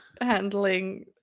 handling